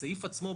הסעיף עצמו,